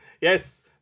Yes